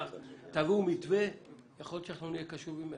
יכול להיות שנהיה קשובים עליו.